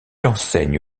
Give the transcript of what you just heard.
enseigne